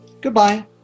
Goodbye